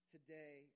Today